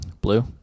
Blue